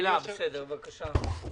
בבקשה.